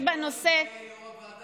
בנושא, יו"ר הוועדה?